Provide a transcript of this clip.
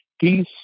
peace